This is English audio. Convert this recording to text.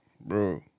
bro